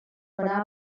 farà